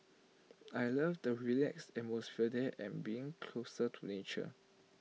I love the relaxed atmosphere there and being closer to nature